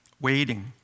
Waiting